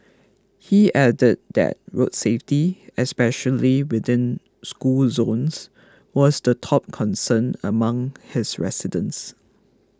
he added that road safety especially within school zones was the top concern among his residents